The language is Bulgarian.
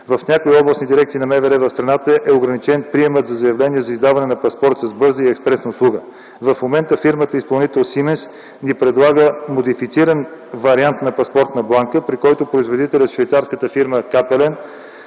В някои областни дирекции на МВР в страната е ограничен приемът за заявления за издаване на паспорт като бърза и експресна услуга. В момента фирмата-изпълнител „Сименс” ни предлага модифициран вариант на паспортна бланка, при който производителят – швейцарската фирма „Капелен”